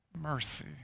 mercy